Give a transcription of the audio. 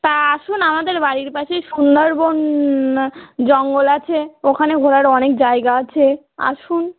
তা আসুন আমাদের বাড়ির পাশেই সুন্দরবন জঙ্গল আছে ওখানে ঘোরার অনেক জায়গা আছে আসুন